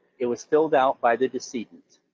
it was filled out by the decedent.